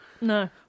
No